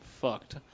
Fucked